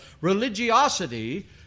religiosity